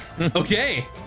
Okay